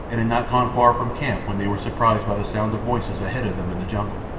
and had not gone far from camp when they were surprised by the sound of voices ahead of them in the jungle.